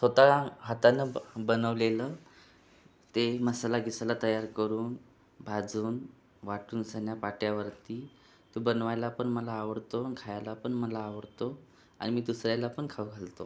स्वतःच्या हातानं ब बनवलेलं ते मसाला गिसाला तयार करून भाजून वाटून सन्या पाट्यावरती तो बनवायला पण मला आवडतो आणि खायला पण मला आवडतो आणि दुसऱ्याला पण खाऊ घालतो